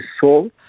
soul